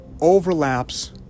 overlaps